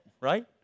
right